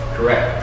Correct